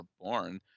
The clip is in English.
born